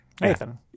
Nathan